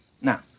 Now